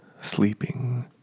sleeping